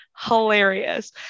hilarious